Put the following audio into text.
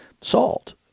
salt